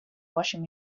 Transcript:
washing